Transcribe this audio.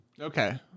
Okay